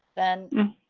then,